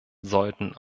sollten